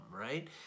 right